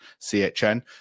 chn